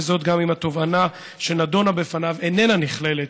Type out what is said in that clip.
וזאת גם אם התובענה שנדונה בפניו איננה נכללת